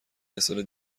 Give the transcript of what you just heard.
مثال